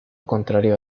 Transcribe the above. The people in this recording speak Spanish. contrario